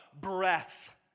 breath